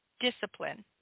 discipline